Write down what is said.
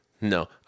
No